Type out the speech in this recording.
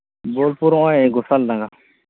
ᱵᱳᱞᱯᱩᱨ ᱱᱚᱜᱼᱚᱭ ᱜᱳᱥᱟᱞ ᱰᱟᱝᱜᱟ